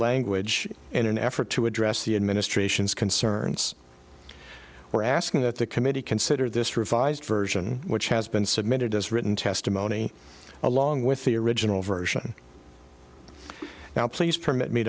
language in an effort to address the administration's concerns we're asking that the committee consider this revised version which has been submitted as written testimony along with the original version now please permit me